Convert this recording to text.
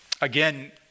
Again